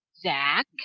Zach